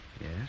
Yes